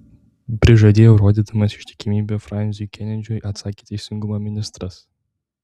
prižadėjau rodydamas ištikimybę fransiui kenedžiui atsakė teisingumo ministras